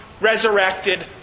resurrected